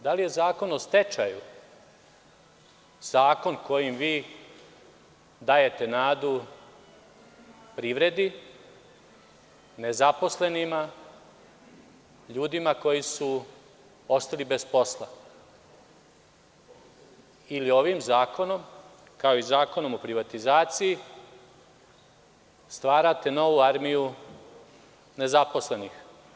Da li je Zakon o stečaju zakon kojim vi dajete nadu privredi, nezaposlenima, ljudima koji su ostali bez posla ili ovim zakonom, kao i Zakonom o privatizaciji, stvarate novu armiju nezaposlenih?